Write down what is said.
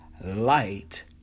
Light